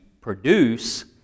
produce